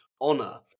honor